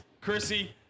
Chrissy